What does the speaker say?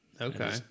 Okay